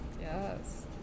Yes